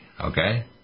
Okay